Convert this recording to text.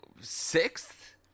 Sixth